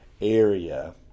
area